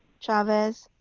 chavez,